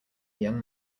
young